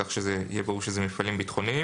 כך שזה יהיה ברור שזה מפעלים ביטחוניים.